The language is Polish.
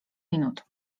minut